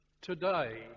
today